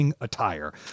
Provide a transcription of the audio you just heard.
attire